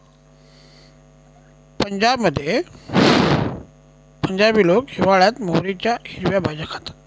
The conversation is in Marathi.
पंजाबमध्ये पंजाबी लोक हिवाळयात मोहरीच्या हिरव्या भाज्या खातात